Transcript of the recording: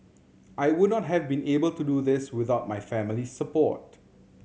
I would not have been able to do this without my family's support